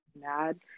mad